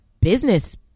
business